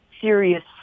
serious